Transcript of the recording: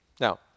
Now